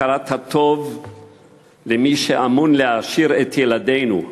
הכרת הטוב למי שאמון על העשרת ילדינו,